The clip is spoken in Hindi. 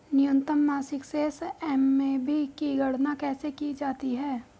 न्यूनतम मासिक शेष एम.ए.बी की गणना कैसे की जाती है?